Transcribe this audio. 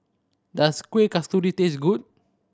does Kuih Kasturi taste good